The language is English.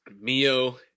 Mio